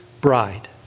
bride